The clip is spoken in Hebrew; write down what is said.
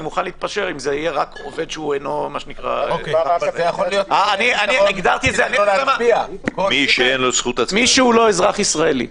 אני מוכן להתפשר ולומר מי שהוא לא אזרח ישראלי.